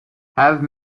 have